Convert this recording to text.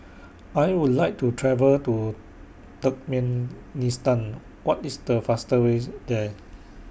I Would like to travel to Turkmenistan What IS The faster ways There